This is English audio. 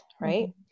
right